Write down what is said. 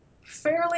fairly